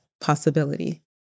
possibility